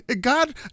god